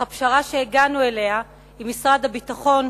אך הפשרה שהגענו אליה עם משרד הביטחון,